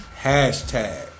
Hashtag